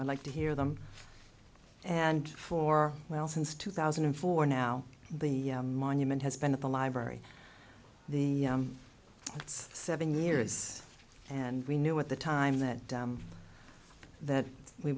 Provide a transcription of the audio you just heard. i'd like to hear them and for well since two thousand and four now the monument has been at the library the it's seven years and we knew at the time that that we